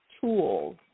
tools